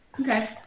Okay